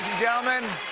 gentlemen,